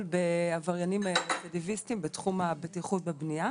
בעבריינים אקטיביסטים בתחום הבטיחות בבנייה,